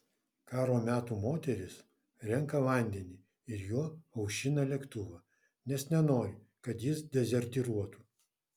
karo metų moteris renka vandenį ir juo aušina lėktuvą nes nenori kad jis dezertyruotų